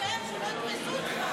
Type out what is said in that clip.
וואי, וואי, תיזהר שלא יתפסו אותך.